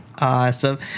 Awesome